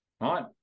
Right